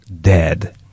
dead